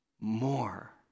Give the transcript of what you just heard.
more